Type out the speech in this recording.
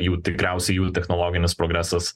jų tikriausiai jų technologinis progresas